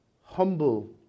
humble